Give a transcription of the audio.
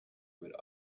with